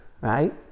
Right